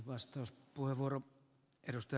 arvoisa puhemies